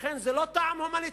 ולכן זה לא טעם הומניטרי.